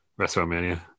Wrestlemania